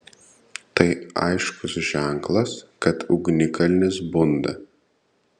tai aiškus ženklas kad ugnikalnis bunda